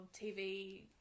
tv